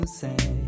say